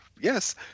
yes